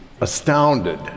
astounded